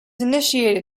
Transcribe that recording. initiated